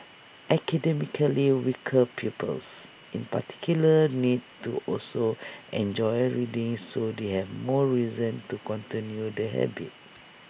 academically weaker pupils in particular need to also enjoy reading so they have more reason to continue the habit